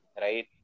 right